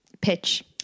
pitch